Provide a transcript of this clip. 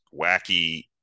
wacky